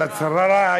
השררה.